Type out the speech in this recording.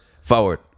forward